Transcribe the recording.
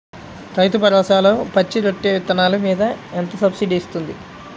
రైతు భరోసాలో పచ్చి రొట్టె విత్తనాలు మీద ఎంత సబ్సిడీ ఇస్తుంది?